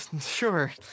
sure